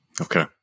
Okay